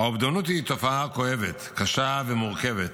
האובדנות היא תופעה כואבת, קשה ומורכבת,